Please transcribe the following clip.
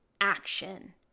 action